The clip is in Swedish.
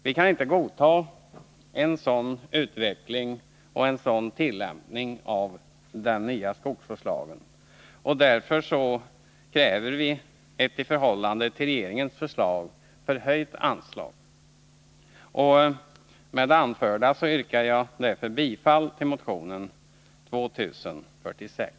Vi kan inte godta en sådan utveckling och tillämpning av den nya skogsvårdslagen, och därför kräver vi att anslaget höjs utöver vad regeringen föreslagit. Med det anförda yrkar jag bifall till motionen 2046.